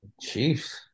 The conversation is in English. Chiefs